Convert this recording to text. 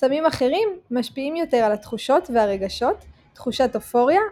סמים אחרים משפיעים יותר על התחושות והרגשות - תחושת אופוריה,